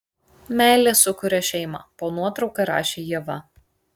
meilė sukuria šeimą po nuotrauka rašė ieva